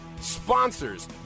sponsors